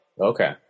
Okay